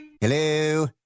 Hello